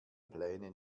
pläne